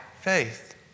faith